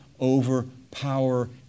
overpower